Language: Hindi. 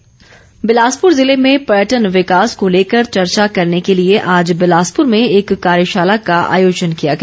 पर्यटन बिलासपुर जिले में पर्यटन विकास को लेकर चर्चा करने के लिए आज बिलासपुर में एक कार्यशाला का आयोजन किया गया